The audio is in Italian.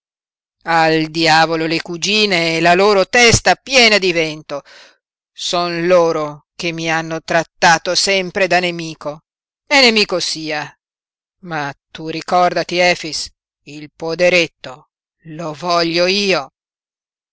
al diavolo le cugine e la loro testa piena di vento son loro che mi han trattato sempre da nemico e nemico sia ma tu ricordati efix il poderetto lo voglio io